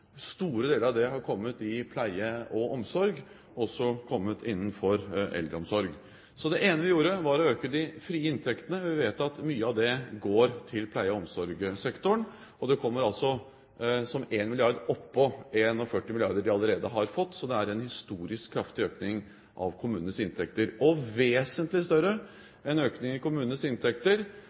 Store deler av det har kommet i pleie og omsorg, og også kommet innenfor eldreomsorg. Så det ene vi gjorde, var å øke de frie inntektene, og vi vet at mye av det går til pleie- og omsorgssektoren. Det kommer altså én milliard oppå 41 milliarder de allerede har fått. Så det er en historisk kraftig økning av kommunenes inntekter, og vesentlig større enn økningen i kommunenes inntekter